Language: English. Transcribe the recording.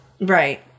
Right